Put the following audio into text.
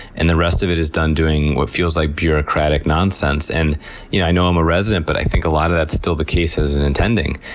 and the rest of it is doing what feels like bureaucratic nonsense. and you know i know i'm a resident, but i think a lot of that's still the case as an attending.